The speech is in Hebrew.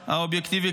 האובייקטיבי,